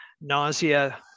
Nausea